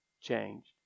changed